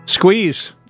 Squeeze